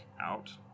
out